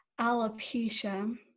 alopecia